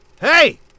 Hey